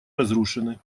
разрушены